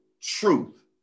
truth